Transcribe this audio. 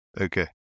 Okay